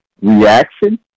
reaction